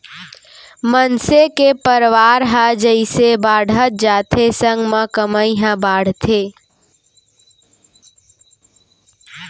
मनसे के परवार ह जइसे बाड़हत जाथे संग म कमई ह बाड़थे